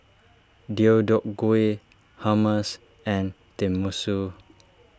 Deodeok Gui Hummus and Tenmusu